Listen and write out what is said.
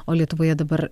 o lietuvoje dabar